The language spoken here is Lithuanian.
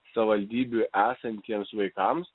savaldybių esantiems vaikams